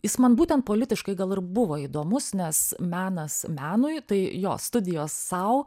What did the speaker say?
jis man būtent politiškai gal ir buvo įdomus nes menas menui tai jo studijos sau